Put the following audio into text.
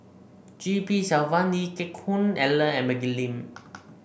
G P Selvam Lee Geck Hoon Ellen and Maggie Lim